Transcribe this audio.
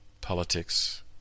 politics